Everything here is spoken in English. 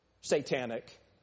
satanic